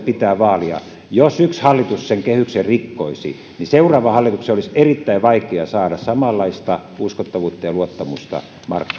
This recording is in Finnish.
pitää vaalia jos yksi hallitus sen kehyksen rikkoisi niin seuraavan hallituksen olisi erittäin vaikeaa saada samanlaista uskottavuutta ja luottamusta